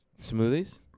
Smoothies